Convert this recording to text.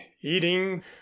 eating